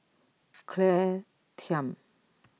Claire Tham